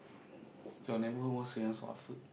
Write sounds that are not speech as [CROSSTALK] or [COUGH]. [BREATH] so your neighbourhood famous for what food